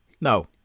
No